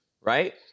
right